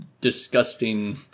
disgusting